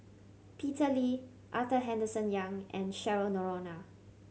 Peter Lee Arthur Henderson Young and Cheryl Noronha